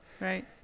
right